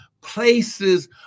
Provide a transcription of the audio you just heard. Places